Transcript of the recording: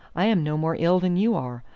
i am no more ill than you are.